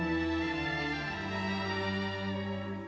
and